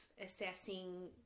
assessing